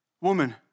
woman